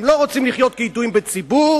הם לא רוצים לחיות כידועים בציבור,